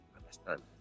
understand